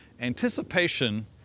Anticipation